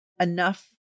enough